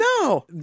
No